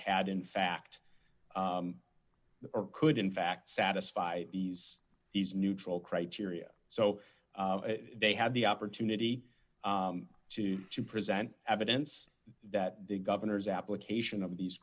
had in fact could in fact satisfy these these neutral criteria so they had the opportunity to to present evidence that the governor's application of these